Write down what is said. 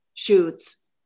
Shoots